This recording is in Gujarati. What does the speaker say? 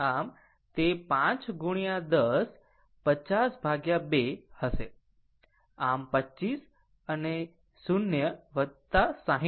આમ તે 5 10 502 હશે આમ 25 અને 0o 60 o